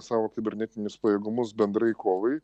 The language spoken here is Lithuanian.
savo kibernetinius pajėgumus bendrai kovai